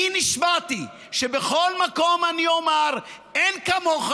בי נשבעתי שבכל מקום אני אומר: אין כמוך,